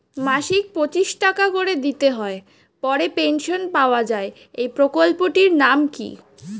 মাসিক পঁচিশ টাকা করে দিতে হয় পরে পেনশন পাওয়া যায় এই প্রকল্পে টির নাম কি?